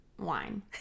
wine